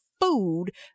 food